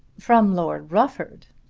from lord rufford!